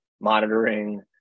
monitoring